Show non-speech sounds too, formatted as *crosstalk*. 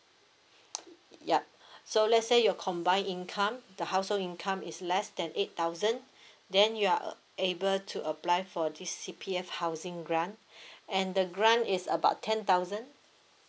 *noise* yup so let's say your combine income the household income is less than eight thousand *breath* then you are uh able to apply for this C_P_F housing grant *breath* and the grant is about ten thousand